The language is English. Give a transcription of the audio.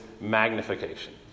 magnification